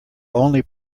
only